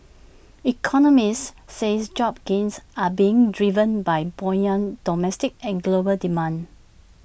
economists says job gains are being driven by buoyant domestic and global demand